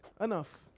Enough